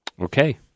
Okay